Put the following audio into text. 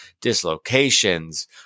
dislocations